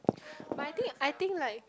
but I think I think like